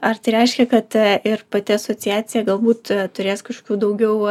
ar tai reiškia kad ir pati asociacija galbūt turės kažkokių daugiau